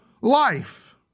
life